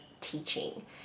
teaching